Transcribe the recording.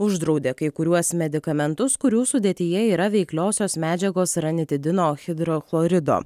uždraudė kai kuriuos medikamentus kurių sudėtyje yra veikliosios medžiagos ranitidino hidrochlorido